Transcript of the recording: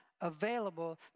available